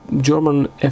German